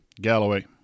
Galloway